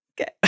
okay